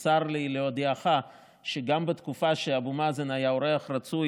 צר לי להודיעך שגם בתקופה שבה אבו מאזן היה אורח רצוי